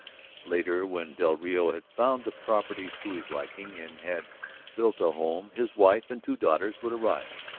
later, when del rio had found the properties to his liking and had builded a home, his wife and two daughters would arrive.